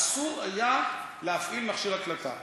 אסור היה להפעיל מכשיר הקלטה.